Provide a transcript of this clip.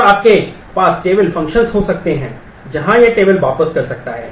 और आपके पास टेबल फ़ंक्शन हो सकते हैं जहां यह टेबल वापस कर सकता है